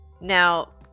Now